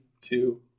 two